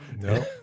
no